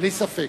בלי ספק.